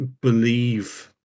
believe